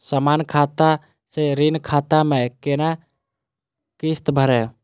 समान खाता से ऋण खाता मैं कोना किस्त भैर?